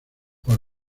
por